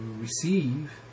receive